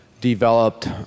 developed